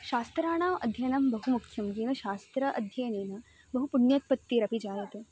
शास्त्राणाम् अध्ययनं बहु मुख्यं येन शास्त्रस्य अध्ययनेन बहु पुण्योत्पत्तिरपि जायते